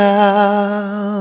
now